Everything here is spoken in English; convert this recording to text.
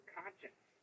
conscience